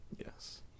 Yes